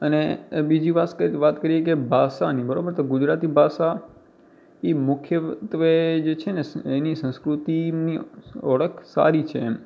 અને બીજી વાસ કરીએ તો વાત કરીએ કે ભાષાની બરાબર તો ગુજરાતી ભાષા એ મુખ્યત્ત્વે જે છે ને એની સંસ્કૃતિની ઓળખ સારી છે એમ